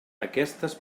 aquestes